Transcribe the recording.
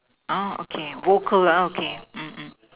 uh okay vocal ah okay mm mm